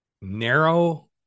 narrow